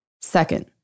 Second